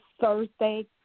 Thursday